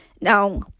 Now